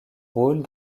rôle